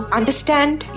understand